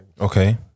Okay